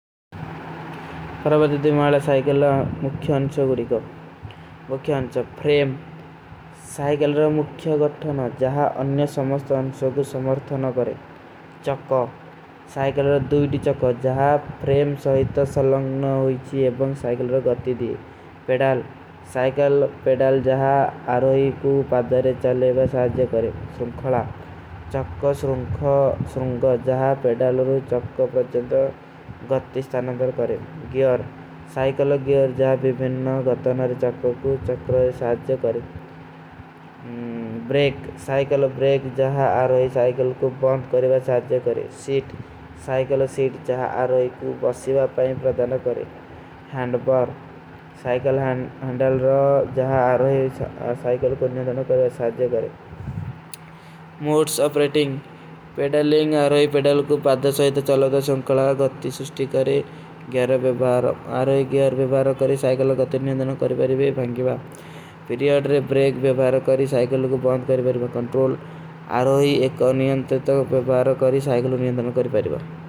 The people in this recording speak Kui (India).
ପରଵାତି ଦିମାଲ ସାଇକଲ ମୁଖ୍ଯ ଅଣ୍ଶ ଗୁଡୀ କୋ ମୁଖ୍ଯ ଆଣ୍ଶ ଫ୍ରେମ ସାଇକଲ ରା ମୁଖ୍ଯ ଗଠନ। ଜହା ଅନ୍ଯ ସମସ୍ତ ଆଣ୍ଶୋ କୁ ସମର୍ଥନ କରେଂ ଚକ୍କା ସାଇକଲ ରା ଦୂଟୀ ଚକ୍କା ଜହା ଫ୍ରେମ ସହିତ ସଲଂଗନ। ଵିଚୀ ଏବଂଗ ସାଇକଲ ରା ଗତୀ ଦି ପେଡାଲ ସାଇକଲ ପେଡାଲ ଜହା ଆରୋଈ କୁ ପାଧାରେ ଚଲେଵା ଶାଜେ କରେଂ ସୁରୁଂଖଲା। ଚକ୍କା ସୁରୁଂଖଲା ଜହା ପେଡାଲ ରା ଚକ୍କା ପ୍ରଚେଂଟ ରା ଗତୀ ସ୍ଥାନଂଗନ କରେଂ ଗିଯର ସାଇକଲ ଗିଯର ଜହା ଵିବିନ୍ନା। ଗତନର ଚକ୍କା କୁ ଚକ୍କରେଂ ଶାଜେ କରେଂ ବ୍ରେକ ସାଇକଲ ବ୍ରେକ ଜହା ଆରୋଈ ସାଇକଲ କୁ ବଂଧ କରେଵା ଶାଜେ କରେଂ ସୀଟ। ସାଇକଲ ସୀଟ ଜହା ଆରୋଈ କୁ ବସିଵା ପେଡାନ କରେଂ ହୈଂଡ ବର ସାଇକଲ ହୈଂଡଲ ରା ଜହା ଆରୋଈ ସାଇକଲ କୋ ନିଯଂଦନ। କରେଂ ଶାଜେ କରେଂ ମୂଟ୍ସ ଅପରେଟିଂଗ ପେଡାଲିଂଗ ଆରୋଈ ପେଡାଲ କୁ ପାଦା ସାଇଦ ଚଲୋଗା ଶଂକଲା ଗତ୍ତୀ ସୁଷ୍ଟୀ କରେଂ ଗେର ବେବାରୋ। କରେଂ ଆରୋଈ ଗେର ବେବାରୋ କରେଂ ସାଇକଲ କୁ ଗତ୍ତୀ ନିଯଂଦନ କରେଵା ହୈଂଡ ବଂଧ କରେଵା ପିରିଯର୍ଡ ରେ ବ୍ରେକ ବେବାରୋ କରେଂ ସାଇକଲ କୁ।